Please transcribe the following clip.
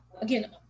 again